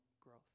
growth